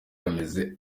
amezi